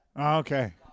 Okay